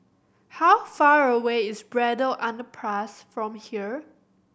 how far away is Braddell Underpass from here